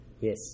Yes